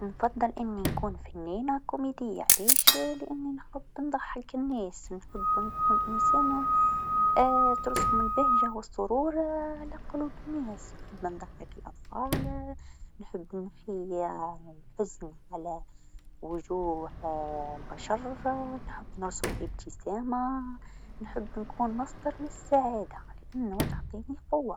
نفضل أني نكون فنانه كوميديه علاش لأني نحب نضحك الناس نحب نكون إنسانه ترسم البهجه و السرور على قلوب الناس، نحب نضحك الأطفال نحب نحي الحزن على وجوه البشر نحب نرسم الإبتسامه، نحب نكون مصدر للسعاده لأنو تعطيني القوه.